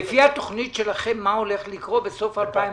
לפי התוכנית שלכם מה הולך לקרות בפועל בסוף שנת 2022?